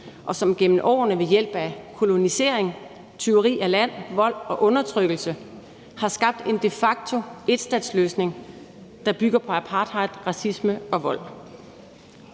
og som gennem årene ved hjælp af kolonisering, tyveri af land, vold og undertrykkelse har skabt en de facto-enstatsløsning, der bygger på apartheid, racisme og vold.